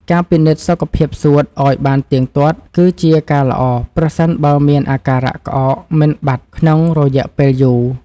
ការពិនិត្យសុខភាពសួតឱ្យបានទៀងទាត់គឺជាការល្អ ប្រសិនបើមានអាការៈក្អកមិនបាត់ក្នុងរយៈពេលយូរ។